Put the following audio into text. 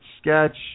sketch